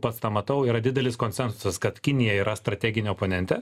pats tą matau yra didelis konsensusas kad kinija yra strateginė oponentė